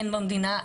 אין במדינה,